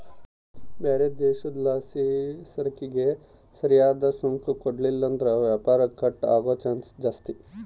ಬ್ಯಾರೆ ದೇಶುದ್ಲಾಸಿಸರಕಿಗೆ ಸರಿಯಾದ್ ಸುಂಕ ಕೊಡ್ಲಿಲ್ಲುದ್ರ ವ್ಯಾಪಾರ ಕಟ್ ಆಗೋ ಚಾನ್ಸ್ ಜಾಸ್ತಿ